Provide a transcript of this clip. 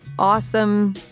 awesome